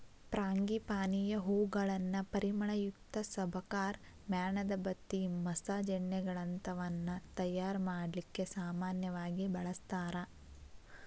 ಫ್ರಾಂಗಿಪಾನಿಯ ಹೂಗಳನ್ನ ಪರಿಮಳಯುಕ್ತ ಸಬಕಾರ್, ಮ್ಯಾಣದಬತ್ತಿ, ಮಸಾಜ್ ಎಣ್ಣೆಗಳಂತವನ್ನ ತಯಾರ್ ಮಾಡ್ಲಿಕ್ಕೆ ಸಾಮನ್ಯವಾಗಿ ಬಳಸ್ತಾರ